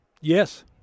Yes